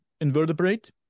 invertebrate